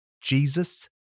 Jesus